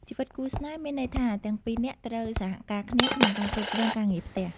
ជីវិតគូស្នេហ៍មានន័យថាទាំងពីរនាក់ត្រូវសហការគ្នាក្នុងការគ្រប់គ្រងការងារផ្ទះ។